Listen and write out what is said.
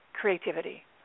creativity